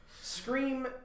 Scream